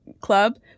club